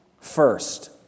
First